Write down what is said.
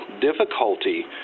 difficulty